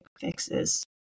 fixes